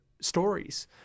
stories